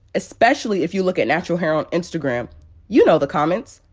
especially if you look at natural hair on instagram you know the comments.